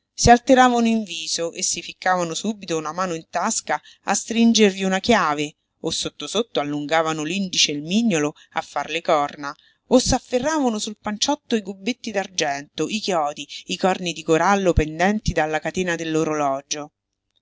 si alteravano in viso e si ficcavano subito una mano in tasca a stringervi una chiave o sotto sotto allungavano l'indice e il mignolo a far le corna o s'afferravano sul panciotto i gobbetti d'argento i chiodi i corni di corallo pendenti dalla catena